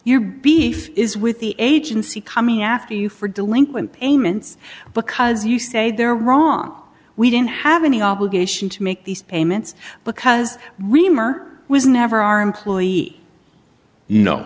your beef is with the agency coming after you for delinquent payments because you say they're wrong we didn't have any obligation to make these payments because reamer was never our employee